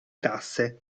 tasse